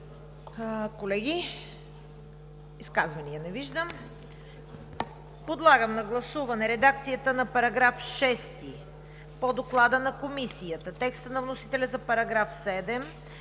Колеги, изказвания? Не виждам. Подлагам на гласуване редакцията на § 6 по Доклада на Комисията; текста на вносителя за § 7;